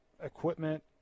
equipment